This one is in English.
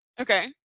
Okay